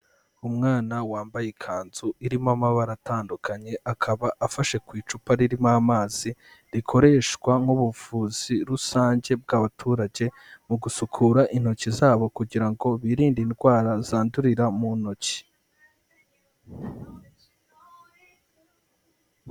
Umwana wambaye ikanzu irimo amabara atandukanye akaba afashe ku icupa ririmo amazi rikoreshwa nk'ubuvuzi rusange bw'abaturage mu gusukura intoki zabo kugira ngo birinde indwara zandurira mu ntoki.